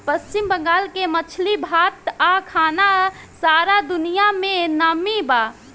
पश्चिम बंगाल के मछली भात आ खाना सारा दुनिया में नामी बा